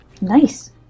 Nice